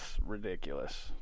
ridiculous